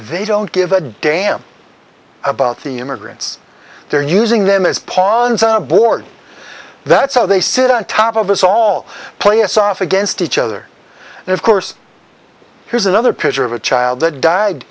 they don't give a damn about the immigrants they're using them as pawns on board that's how they sit on top of us all players off against each other and of course here's another picture of a child that died